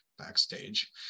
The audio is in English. backstage